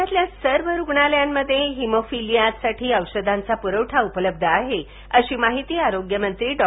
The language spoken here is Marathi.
राज्यातील सर्व रुग्णालयांमध्ये हिमोफिलियासाठी औषधांचा पुरवठा उपलब्ध आहे अशी माहिती आरोग्य मंत्री डॉ